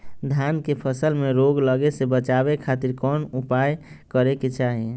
धान के फसल में रोग लगे से बचावे खातिर कौन उपाय करे के चाही?